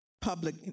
public